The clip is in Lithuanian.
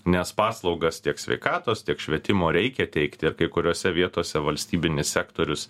nes paslaugas tiek sveikatos tiek švietimo reikia teikti ir kai kuriose vietose valstybinis sektorius